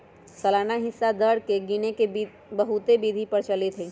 सालाना हिस्सा दर के गिने के बहुते विधि प्रचलित हइ